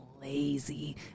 lazy